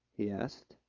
he asked.